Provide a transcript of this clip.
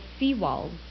seawalls